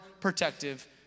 protective